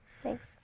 Thanks